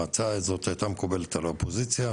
ההצעה הזו הייתה מקובלת על האופוזיציה,